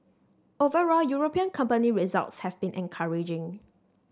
overall European company results have been encouraging